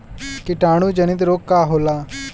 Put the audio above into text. कीटाणु जनित रोग का होला?